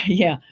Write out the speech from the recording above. yeah,